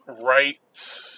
right